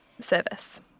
service